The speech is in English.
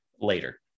later